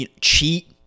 cheat